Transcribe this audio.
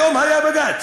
היום היה בג"ץ,